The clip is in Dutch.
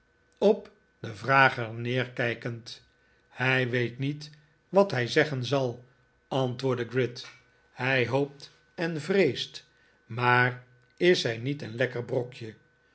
op den vrager neerkijkend hij weet niet wat hij zeggen zal antwoordde gride hij hoopt en vreest maar is zij niet een lekker brokje